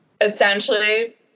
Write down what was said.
essentially